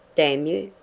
damn you!